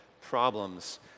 problems